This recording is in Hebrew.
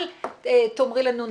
אל תאמרי לנו נאספו,